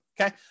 okay